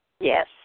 Yes